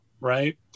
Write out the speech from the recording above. right